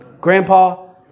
Grandpa